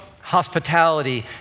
hospitality